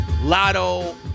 Lotto